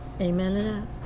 Amen